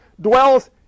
dwells